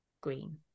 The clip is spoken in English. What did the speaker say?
green